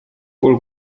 ból